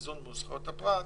איזון מול זכויות הפרט,